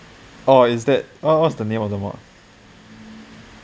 oh is that what's the name of the mod